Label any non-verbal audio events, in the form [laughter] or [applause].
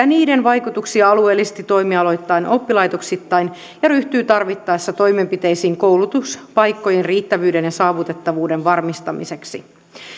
[unintelligible] niiden vaikutuksia alueellisesti toimialoittain ja oppilaitoksittain ja ryhtyy tarvittaessa toimenpiteisiin koulutuspaikkojen riittävyyden ja saavutettavuuden varmistamiseksi